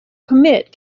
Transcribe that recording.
commit